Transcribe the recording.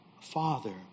father